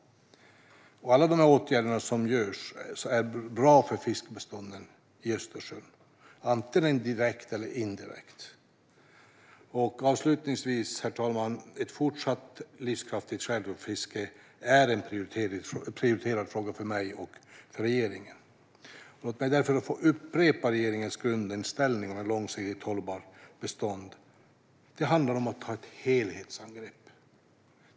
Alla de åtgärder som vidtas är bra för fiskbestånden i Östersjön, antingen direkt eller indirekt. Herr talman! Jag vill avslutningsvis säga att ett fortsatt livskraftigt skärgårdsfiske är en prioriterad fråga för mig och regeringen. Låt mig därför upprepa regeringens grundinställning om ett långsiktigt hållbart bestånd. Det handlar om att ta ett helhetsgrepp.